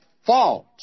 false